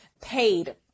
paid